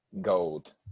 Gold